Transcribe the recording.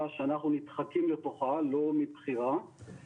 שאנחנו נדחקים לתוכה לא מבחירה,